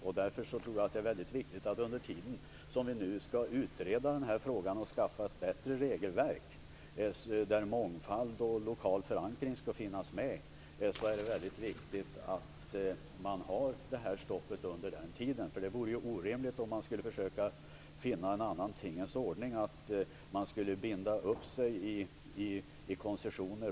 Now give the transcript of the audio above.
Jag tror därför att det är mycket viktigt att stoppet får gälla under den tid när vi skall utreda denna fråga för att få fram ett bättre regelverk, som tillgodoser krav på mångfald och lokal förankring. Det vore orimligt att binda sig för koncessioner inom ett gammalt regelsystem medan man försöker komma fram till en annan tingens ordning.